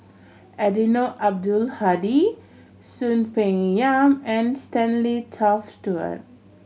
Eddino Abdul Hadi Soon Peng Yam and Stanley Toft Stewart